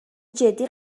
جدی